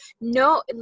no